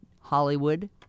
Hollywood